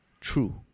true